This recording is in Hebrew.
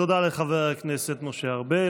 תודה רבה לחבר הכנסת משה ארבל.